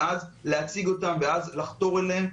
ואז להציג אותם ולחתור אליהם.